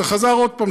זה חזר עוד פעם,